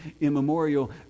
immemorial